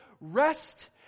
Rest